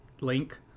link